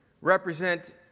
represent